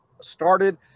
started